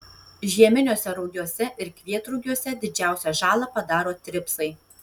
žieminiuose rugiuose ir kvietrugiuose didžiausią žalą padaro tripsai